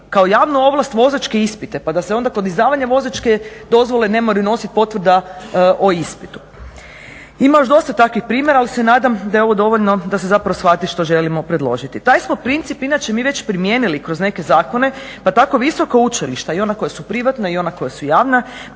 kao javnu ovlast vozačke ispite, pa da se onda kod izdavanja vozačke dozvole ne moraju nositi potvrda o ispitu. Ima još dosta takvih primjera, ali se nadam da je ovo dovoljno da se zapravo shvati što želimo predložiti. Taj smo princip inače mi već primijenili kroz neke zakone, pa tako visoka učilišta i ona koja su privatna i ona koja su javna